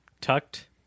tucked